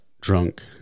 drunk